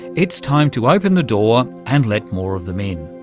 it's time to open the door and let more of them in.